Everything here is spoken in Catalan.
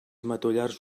matollars